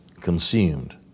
consumed